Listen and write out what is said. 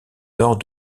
nord